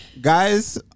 guys